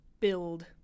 build